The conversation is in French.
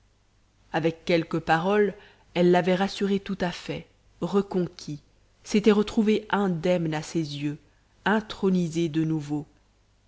avec quelques paroles elle l'avait rassuré tout à fait reconquis s'était retrouvée indemne à ses yeux intronisée de nouveau